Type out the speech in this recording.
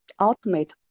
ultimate